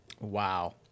Wow